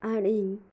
आनी